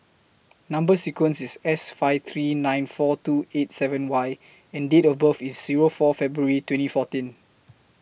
Number sequence IS S five three nine four two eight seven Y and Date of birth IS Zero four February twenty fourteen